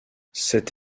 cette